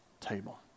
table